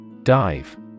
Dive